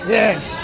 yes